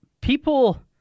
people